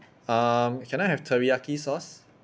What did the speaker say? um can I have teriyaki sauce